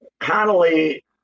Connolly